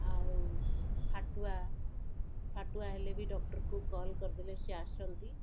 ଆଉ ଫାଟୁଆ ଫାଟୁଆ ହେଲେ ବି ଡକ୍ଟରଙ୍କୁ କଲ୍ କରିଦେଲେ ସିଏ ଆସନ୍ତି